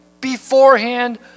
beforehand